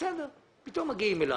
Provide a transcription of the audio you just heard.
ופתאום מגיעים אליו,